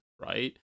right